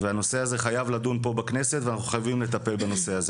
והנושא הזה חייב לדון פה בכנסת ואנחנו חייבים לטפל פה בנושא.